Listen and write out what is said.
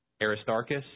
Aristarchus